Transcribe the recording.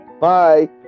Bye